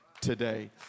today